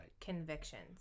convictions